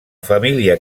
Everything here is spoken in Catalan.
família